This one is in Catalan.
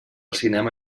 cinema